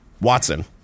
Watson